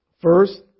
First